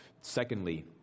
secondly